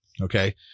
Okay